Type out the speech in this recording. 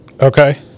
Okay